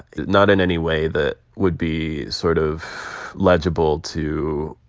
not in any way that would be sort of legible to,